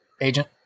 agent